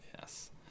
Yes